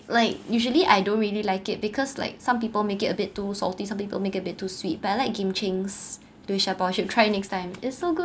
like usually I don't really like it because like some people make it a bit too salty some people make a bit too sweet but I like gim cheng's 流沙包：liu sha bao should try it next time it's so good